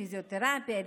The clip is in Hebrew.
פיזיותרפיה,